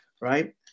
right